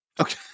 okay